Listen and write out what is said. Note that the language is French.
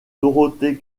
dorothée